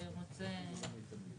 בעד.